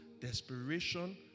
desperation